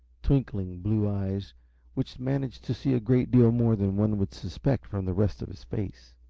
twinkling blue eyes which managed to see a great deal more than one would suspect from the rest of his face.